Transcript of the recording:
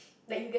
like you get